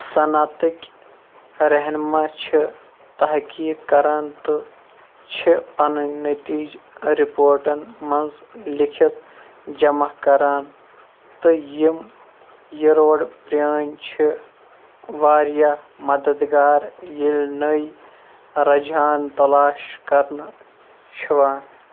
صنعتٕکۍ رہنما چھِ تحقیٖق کَران تہٕ چھِ پَنٕنۍ نٔتیٖجہ رِپوٹَن منٛز لیٚکھِتھ جمع کَران تہٕ یِم یہِ روڈ پرٛٲنۍ چھِ وارایاہ مَدت گار ییٚلہِ نٔے رَجہان تَلاش کَرنہٕ چھُوان